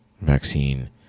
vaccine